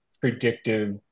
predictive